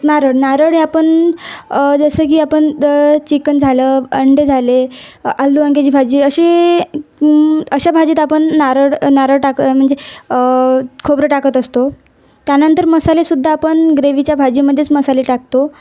नारळ नारळ हे आपण जसं की आपण जर चिकन झालं अंडे झाले आलू वांग्याची भाजी असे अशा भाजीत आपण नारळ नारळ टाक म्हणजे खोबरं टाकत असतो त्यानंतर मसालेसुद्धा आपण ग्रेवीच्या भाजीमध्येच मसाले टाकतो